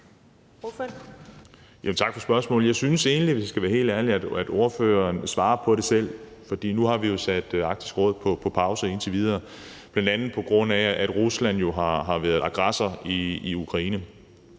skal være helt ærlig, at ordføreren selv svarer på det, for nu har vi jo sat Arktisk Råd på pause indtil videre, bl.a. på grund af at Rusland jo har været aggressor i Ukraine.